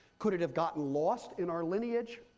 could it have gotten lost in our lineage?